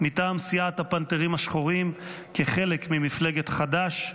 מטעם סיעת הפנתרים השחורים כחלק ממפלגת חד"ש,